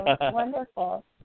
wonderful